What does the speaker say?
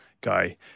guy